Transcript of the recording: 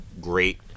great